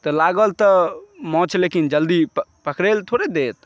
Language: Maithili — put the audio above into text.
तऽ लागल तऽ माछ लेकिन जल्दी पकड़ै लए थोड़े देत